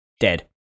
Dead